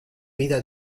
vida